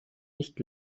nicht